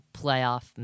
playoff